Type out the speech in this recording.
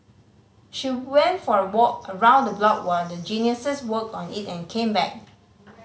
she went for a walk around the block while the Geniuses worked on it and came back